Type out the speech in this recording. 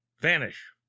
vanish